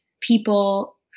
people